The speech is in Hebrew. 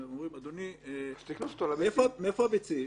אומרים: אדוני, מאיפה הביצים?